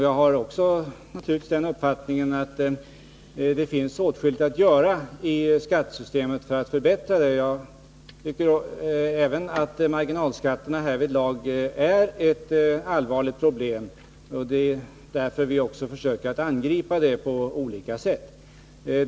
Jag har naturligtvis också den uppfattningen att det finns åtskilligt att göra i skattesystemet för att förbättra det. Jag tycker även att marginalskatterna härvidlag är ett allvarligt problem, och vi försöker angripa det på olika sätt.